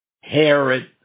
Herod